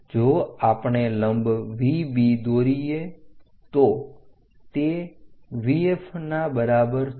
જો આપણે લંબ VB દોરીએ તો તે VF ના બરાબર થશે